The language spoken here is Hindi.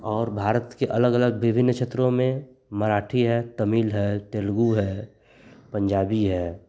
और भारत के अलग अलग विभिन्न क्षेत्रों में मराठी है तमिल है तेलुगू है पंजाबी है